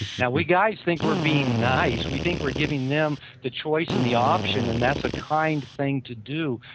now, we guys think were be nice, we think we're giving them the choice and the option and that's a kind thing to do,